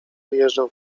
wyjeżdżał